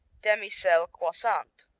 demi-sel, croissant